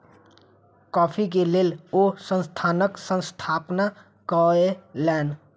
coffee के लेल ओ संस्थानक स्थापना कयलैन